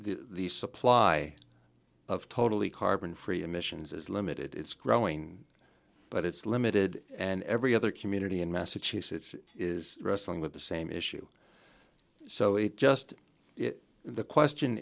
the supply of totally carbon free emissions is limited it's growing but it's limited and every other community in massachusetts is wrestling with the same issue so it just the question